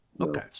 Okay